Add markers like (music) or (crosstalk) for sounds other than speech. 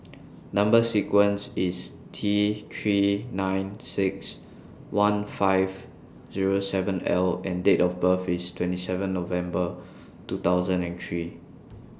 (noise) Number sequence IS T three nine six one five Zero seven L and Date of birth IS twenty seven November two thousand and three